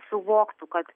suvoktų kad